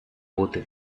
бути